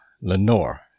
Lenore